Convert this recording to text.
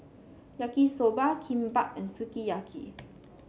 Yaki Soba Kimbap and Sukiyaki